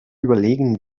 überlegen